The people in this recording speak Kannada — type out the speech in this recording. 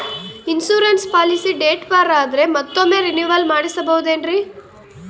ಇನ್ಸೂರೆನ್ಸ್ ಪಾಲಿಸಿ ಡೇಟ್ ಬಾರ್ ಆದರೆ ಮತ್ತೊಮ್ಮೆ ರಿನಿವಲ್ ಮಾಡಿಸಬಹುದೇ ಏನ್ರಿ?